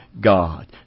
God